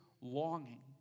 longing